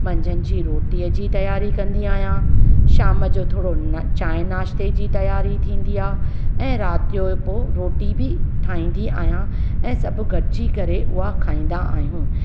मंझंदि जी रोटी जी तयारी कंदी आहियां शाम जो थोरो चांहि नाश्ते जी तयारी थींदी आहे ऐं राति जो पियो रोटी बि ठाहींदी आहियां ऐं सभु गॾिजी करे उहा खाईंदा आहियूं